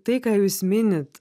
tai ką jūs minit